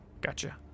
Gotcha